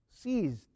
Seized